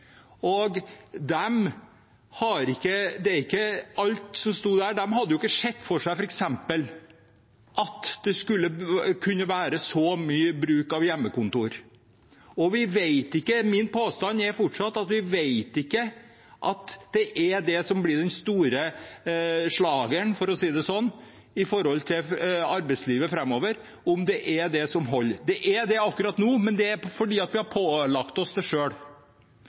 det er ikke alt som står der, de hadde f.eks. ikke sett for seg at det skulle kunne være så mye bruk av hjemmekontor. Og min påstand er fortsatt at vi ikke vet om det er det som blir den store slageren, for å si det sånn, i arbeidslivet framover, om det er det som holder. Det er det akkurat nå, men det er fordi vi har pålagt oss det